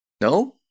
No